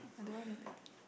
I don't wanna do this